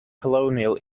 colonial